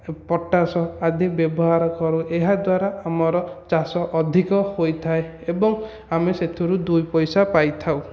potash ଆଦି ବ୍ୟବହାର କରୁ ଏହାଦ୍ୱାରା ଆମର ଚାଷ ଅଧିକ ହୋଇଥାଏ ଏବଂ ଆମେ ସେଥିରୁ ଦୁଇପଇସା ପାଇଥାଉ